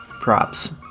props